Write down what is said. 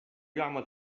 يعمل